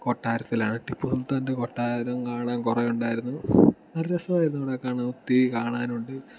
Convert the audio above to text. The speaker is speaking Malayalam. കൊട്ടാരത്തിലാണ് ടിപ്പു സുൽത്താൻ്റെ കൊട്ടാരവും കാണാൻ കുറെ ഉണ്ടായിരുന്നു നല്ല രസമായിരുന്നു കാണാൻ ഒത്തിരി കാണാനുണ്ട്